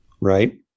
right